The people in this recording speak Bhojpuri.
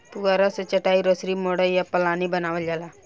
पुआरा से चाटाई, रसरी, मड़ई आ पालानी बानावल जाला